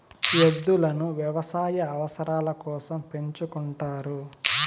ఎద్దులను వ్యవసాయ అవసరాల కోసం పెంచుకుంటారు